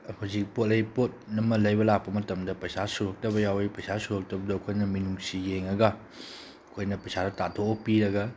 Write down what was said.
ꯍꯧꯖꯤꯛ ꯄꯣꯠ ꯄꯣꯠ ꯑꯃ ꯂꯩꯕ ꯂꯥꯛꯄ ꯃꯇꯝꯗ ꯄꯩꯁꯥ ꯁꯨꯔꯛꯇꯕ ꯌꯥꯎꯋꯤ ꯄꯩꯁꯥ ꯁꯨꯔꯛꯇꯕꯗꯣ ꯑꯩꯈꯣꯏꯅ ꯃꯤꯅꯨꯡꯁꯤ ꯌꯦꯡꯉꯒ ꯑꯩꯈꯣꯏꯅ ꯄꯩꯁꯥꯗ ꯇꯥꯊꯣꯛꯑꯒ ꯄꯤꯔꯒ